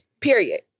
Period